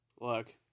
look